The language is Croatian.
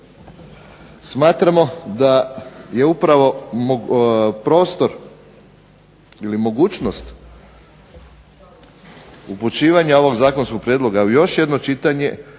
Smatramo da je upravo prostor ili mogućnost upućivanja ovog zakonskog prijedloga u još jedno čitanje